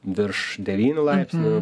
virš devynių laipsnių